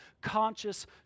conscious